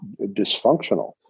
dysfunctional